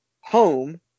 home